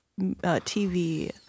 TV